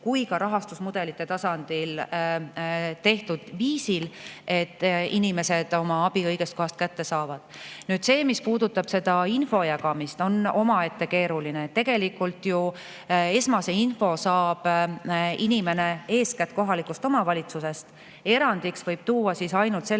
kui ka rahastusmudelite tasandil tehtud viisil, et inimesed abi õigest kohast kätte saavad. Nüüd see, mis puudutab info jagamist – see on omaette keeruline. Tegelikult esmase info saab inimene eeskätt ju kohalikust omavalitsusest. Erandiks võib tuua ainult selle